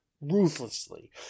ruthlessly